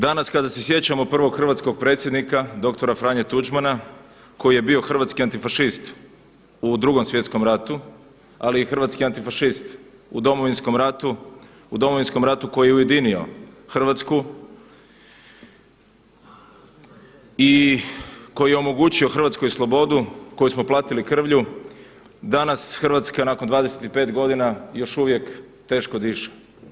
Danas kada se sjećamo prvog hrvatskog predsjednika, dr. Franje Tuđmana koji je bio hrvatski antifašist u Drugom svjetskom ratu, ali i hrvatski antifašist u Domovinskom ratu, u Domovinskom ratu koji je ujedinio Hrvatsku i koji je omogućio Hrvatskoj slobodu koju smo platili krvlju, danas Hrvatska nakon 25 godina još uvijek teško diše.